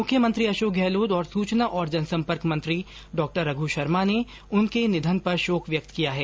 मुख्यमंत्री अशोक गहलोत और सूचना और जनसंपर्क मंत्री डॉ रघ्र शर्मा ने उनके निधन पर शोक व्यक्त किया है